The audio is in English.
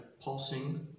pulsing